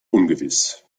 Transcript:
ungewiss